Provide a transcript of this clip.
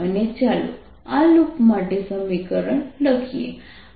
અને ચાલો આ લૂપ માટે સમીકરણ લખીએ